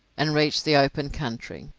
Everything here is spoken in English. and reached the open country.